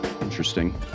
Interesting